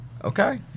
Okay